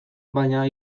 baina